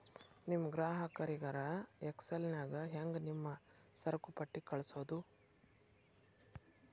ನಿಮ್ ಗ್ರಾಹಕರಿಗರ ಎಕ್ಸೆಲ್ ನ್ಯಾಗ ಹೆಂಗ್ ನಿಮ್ಮ ಸರಕುಪಟ್ಟಿ ಕಳ್ಸೋದು?